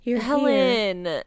Helen